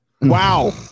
wow